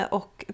och